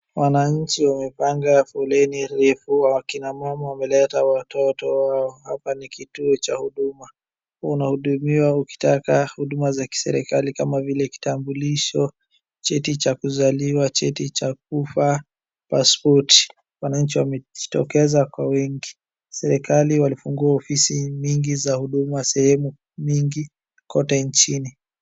Wananchi wamepanga foleni refu, akina mama wameleta watoto wao. Hapa ni kituo cha huduma. Unahudumiwa ukitaka huduma za kiserikali kama vile kitambulisho, cheti cha kuzaliwa, cheti cha kufa, pasipoti. Wananchi wametokeza kwa wingi. Serikali walifungua ofisi nyingi za huduma sehemu nyingi kote nchini.